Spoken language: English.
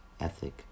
ethic